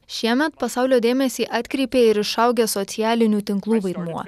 šiemet pasaulio dėmesį atkreipė ir išaugęs socialinių tinklų vaidmuo